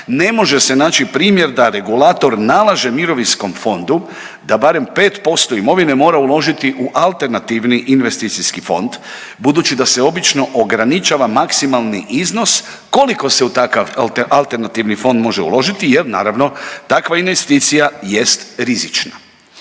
ne može se naći primjer da regulator nalaže mirovinskom fondu da barem 5% imovine mora uložiti u alternativni investicijski fond budući da se obično ograničava maksimalni iznos koliko se u takav alternativni fond može uložiti, jer naravno takva investicija jest rizična.